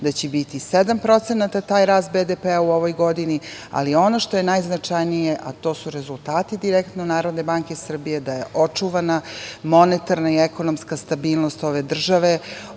da će biti 7% taj rast BDP u ovoj godini, ali ono što je najznačajnije, a to su rezultati direktno NBS da je očuvana monetarna i ekonomska stabilnost ove države.